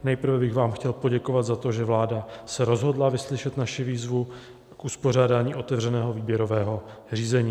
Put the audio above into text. Nejprve bych vám chtěl poděkovat za to, že vláda se rozhodla vyslyšet naši výzvu k uspořádání otevřeného výběrového řízení.